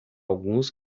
alguns